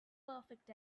perfect